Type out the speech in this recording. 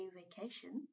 vacation